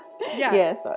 yes